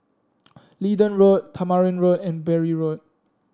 Leedon Road Tamarind Road and Bury Road